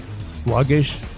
Sluggish